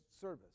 service